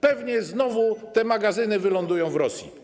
Pewnie znowu te magazyny wylądują w Rosji.